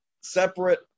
separate